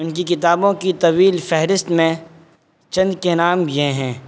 ان کی کتابوں کی طویل فہرست میں چند کے نام یہ ہیں